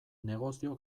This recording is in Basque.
negozio